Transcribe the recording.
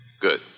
Good